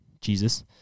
Jesus